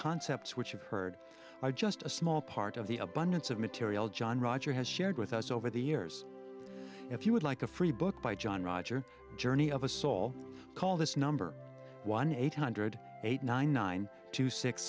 concepts which you've heard are just a small part of the abundance of material john roger has shared with us over the years if you would like a free book by john roger journey of a soul call this number one eight hundred eight nine nine two six